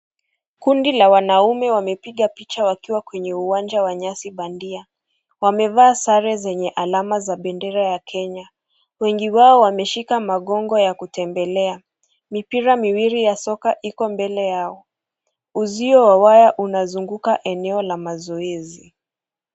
Kundi la wanaume wamepiga picha wakiwa kwenye uwanja wa nyasi bandia. Wamevaa sare zenye alama za bendera ya Kenya. Wengi wao wameshika magongo ya kutembelea. Mipira miwili ya soka iko mbele yao. Uzio wa waya unazunguka eneo la mazoezi.